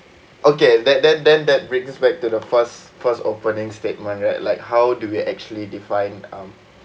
okay that that then that bring us back to the first first opening statement right like how do we actually define um